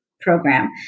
program